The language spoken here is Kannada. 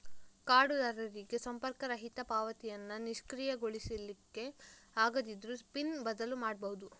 ಕಾರ್ಡುದಾರರಿಗೆ ಸಂಪರ್ಕರಹಿತ ಪಾವತಿಯನ್ನ ನಿಷ್ಕ್ರಿಯಗೊಳಿಸ್ಲಿಕ್ಕೆ ಆಗದಿದ್ರೂ ಪಿನ್ ಬದಲು ಮಾಡ್ಬಹುದು